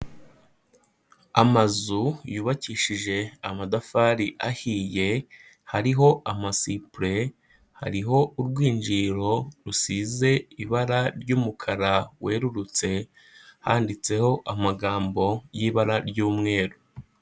Amazu yubakishije amatafari ahiye, hariho amasipure, hariho urwinjiriro rusize ibara ry'umukara werurutse, handitseho amagambo y'ibara ry'umweru.